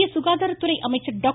மத்திய சுகாதாரத்துறை அமைச்சர் திரு